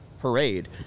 Parade